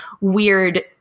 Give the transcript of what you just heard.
weird